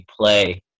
play